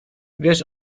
wiesz